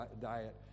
diet